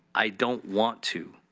i don't want to.